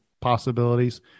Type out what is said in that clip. possibilities